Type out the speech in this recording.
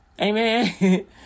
Amen